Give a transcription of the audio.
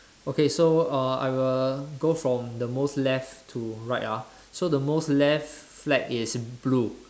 okay so uh I will go from the most left to right ah so the most left flag is blue